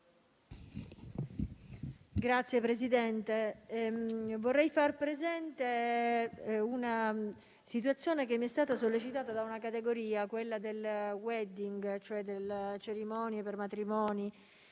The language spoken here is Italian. Signor Presidente, vorrei far presente una situazione che mi è stata sollecitata dalla categoria del *wedding*, cioè delle cerimonie per matrimoni,